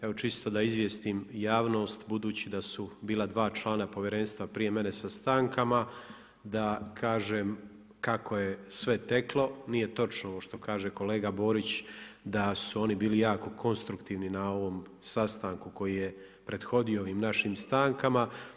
Evo čisto da izvijestim javnost budući da su bila članak povjerenstva prije mene sa stankama, da kažem kako je sve teklo, nije točno ovo što kaže kolega Borić da su oni bili jako konstruktivni na ovom sastanku koji je prethodio ovim našim stankama.